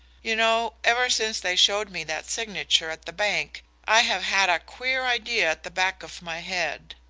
you know, ever since they showed me that signature at the bank i have had a queer idea at the back of my head.